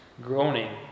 Groaning